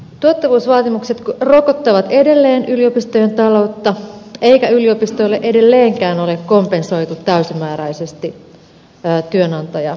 tuottavuusvaatimukset rokottavat edelleen yliopistojen taloutta eikä yliopistoille edelleenkään ole kompensoitu täysimääräisesti työnantajamaksua